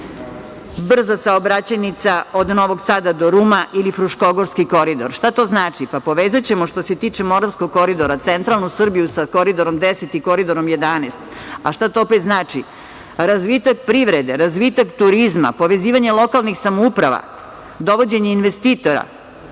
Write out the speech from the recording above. brza saobraćajnica od Novog Sada do Rume ili Fruškogorski koridor. Šta to znači? Pa, povezaćemo, što se tiče Moravskog koridora, centralnu Srbiju sa Koridorom 10 i Koridorom 11. Šta to opet znači? Razvitak privrede, razvitak turizma, povezivanje lokalnih samouprava, dovođenje investitora,